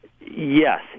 yes